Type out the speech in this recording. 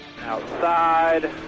Outside